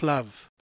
Love